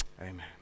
amen